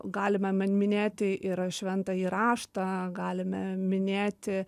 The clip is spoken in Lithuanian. galime min minėti ir šventąjį raštą galime minėti